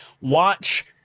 watch